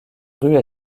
rues